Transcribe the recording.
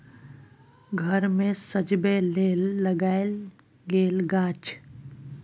घर मे सजबै लेल लगाएल गेल गाछ